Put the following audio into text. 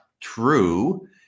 true